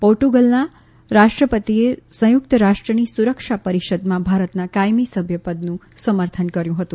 પોર્ટુગલના રાષ્ટ્રપતિએ સંયુક્ત રાષ્ટ્રની સુરક્ષા પરિષદમાં ભારતના કાયમી સભ્યપદનું સમર્થન કર્યું હતું